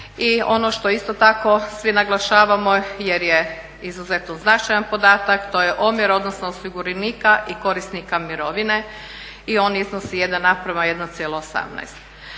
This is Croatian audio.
i ono što isto tako svi naglašavamo jer je izuzetno značajan podatak to je omjer odnosno osiguranika i korisnika mirovine i on iznosi 1:1.18.